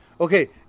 okay